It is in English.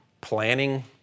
planning